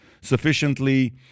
sufficiently